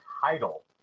title